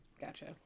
gotcha